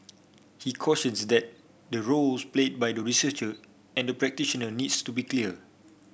he cautions that the roles played by the researcher and the practitioner needs to be clear